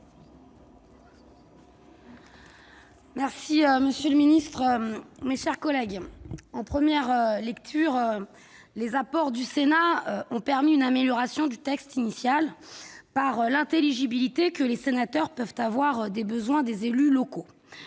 monsieur le ministre, mes chers collègues, en première lecture, les apports du Sénat ont permis une amélioration du texte initial par l'intelligibilité que les sénateurs peuvent avoir des besoins des élus locaux.